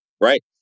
right